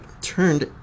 turned